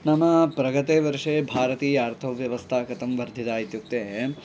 नाम प्रगते वर्षे भारतीय अर्थव्यवस्था कथं वर्धिता इत्युक्ते